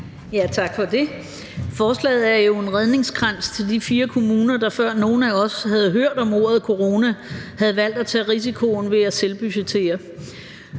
Tak for det. Forslaget er jo en redningskrans til de fire kommuner, der, før nogen af os havde hørt om ordet corona, havde valgt at tage risikoen ved at selvbudgettere.